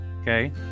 okay